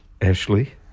Ashley